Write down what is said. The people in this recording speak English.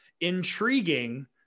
Intriguing